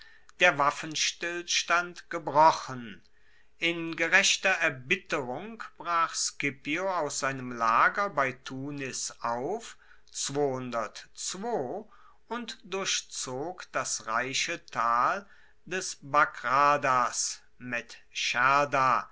der waffenstillstand gebrochen in gerechter erbitterung brach scipio aus seinem lager bei tunis auf und durchzog das reiche tal des bagradas medscherda